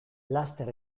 laster